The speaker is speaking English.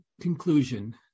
conclusion